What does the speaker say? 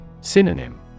Synonym